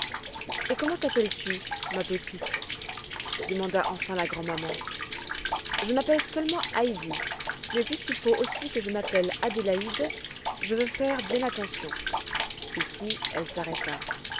et comment t'appelles-tu ma petite demanda enfin la grand'maman je m'appelle seulement heidi mais puisqu'il faut aussi que je m'appelle adélaïde je veux faire bien attention ici elle s'arrêta